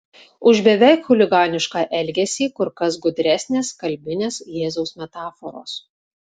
už beveik chuliganišką elgesį kur kas gudresnės kalbinės jėzaus metaforos